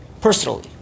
personally